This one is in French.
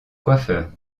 coiffeurs